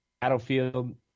Battlefield